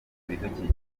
ibidukikije